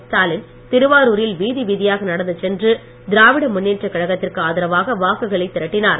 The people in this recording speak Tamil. ஸ்டாலின் திருவாரூரில் வீதி வீதியாக நடந்து சென்று திராவிட முன்னேற்றக் கழகத்திற்கு ஆதரவாக வாக்குகளை திரட்டினார்